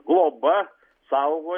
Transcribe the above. globa saugo